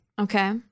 Okay